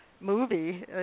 movie